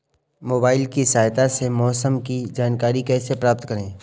Mobile की सहायता से मौसम की जानकारी कैसे प्राप्त करें?